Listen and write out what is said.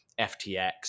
FTX